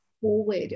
forward